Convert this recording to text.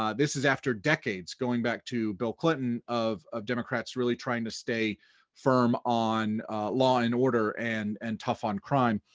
um this is after decades going back to bill clinton of of democrats really trying to stay firm on law and order and and tough on crime.